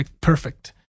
perfect